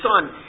Son